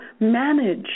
manage